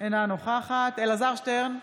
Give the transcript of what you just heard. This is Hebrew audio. אינה נוכחת אלעזר שטרן,